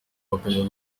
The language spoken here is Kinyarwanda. bakajya